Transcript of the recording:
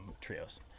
Trios